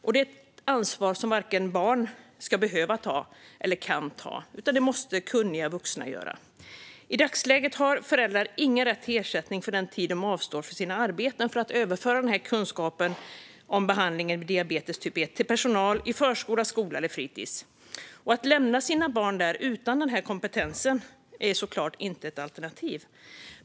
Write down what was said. Det är ett ansvar som barn varken kan eller ska behöva ta, utan det måste kunniga vuxna göra. I dagsläget har föräldrar ingen rätt till ersättning för den tid de avstår från arbete för att överföra denna kunskap om behandling av diabetes typ 1 till personal i förskola, skola eller fritis. Att lämna sina barn där utan den kompetensen är såklart inte ett alternativ.